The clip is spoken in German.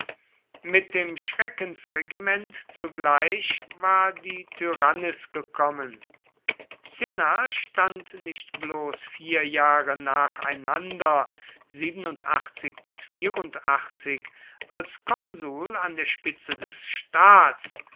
mit dem schreckensregiment zugleich war die tyrannis gekommen cinna stand nicht bloß vier jahre nacheinander als konsul an der spitze des staats